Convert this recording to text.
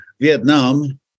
Vietnam